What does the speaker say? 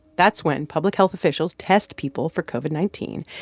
that's when public health officials test people for covid nineteen,